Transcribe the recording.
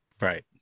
Right